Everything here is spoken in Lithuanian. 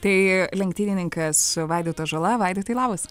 tai lenktynininkas vaidotas žala vaidotai labas